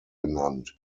genannt